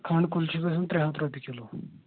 کھنٛڈٕ کُلچہِ گَژھان ترٛےٚ ہَتھ رۄپیہِ کِلوٗ